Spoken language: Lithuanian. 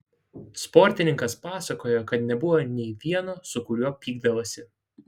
sportininkas pasakojo kad nebuvo nei vieno su kuriuo pykdavosi